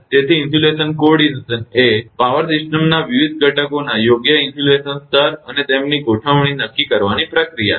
તેથી insulation coordination એ power સિસ્ટમના વિવિધ ઘટકોના યોગ્ય ઇન્સ્યુલેશન સ્તર અને તેમની ગોઠવણી નક્કી કરવાની પ્રક્રિયા છે